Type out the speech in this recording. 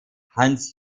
hans